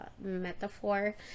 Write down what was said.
metaphor